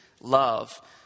love